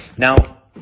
Now